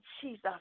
Jesus